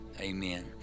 Amen